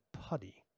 putty